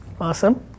Awesome